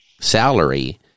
salary